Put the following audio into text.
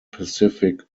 pacific